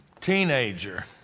teenager